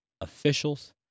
officials